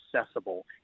accessible